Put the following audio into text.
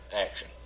action